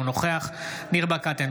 אינו נוכח ניר ברקת,